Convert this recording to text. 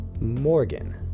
Morgan